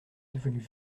devenu